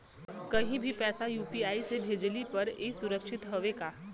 कहि भी पैसा यू.पी.आई से भेजली पर ए सुरक्षित हवे का?